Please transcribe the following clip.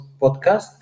Podcast